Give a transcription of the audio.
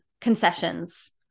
concessions